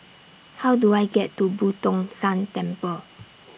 How Do I get to Boo Tong San Temple